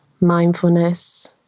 mindfulness